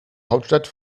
hauptstadt